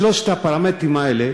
שלושת הפרמטרים האלה,